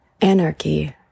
anarchy